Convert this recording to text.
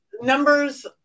numbers